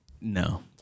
no